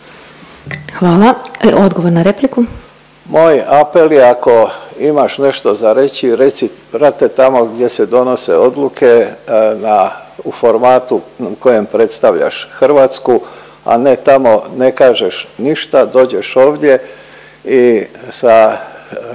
Davor (HDZ)** Moj apel je ako imaš nešto za reći reci brate tamo gdje se donose odluke na u formatu u kojem predstavljaš Hrvatsku, a ne tamo ne kažeš ništa, dođeš ovdje i sa